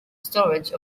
storage